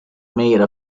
mayor